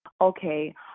Okay